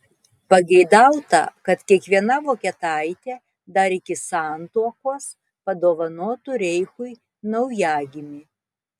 pageidauta kad kiekviena vokietaitė dar iki santuokos padovanotų reichui naujagimį